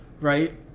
Right